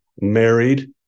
Married